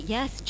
Yes